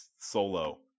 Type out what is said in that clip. solo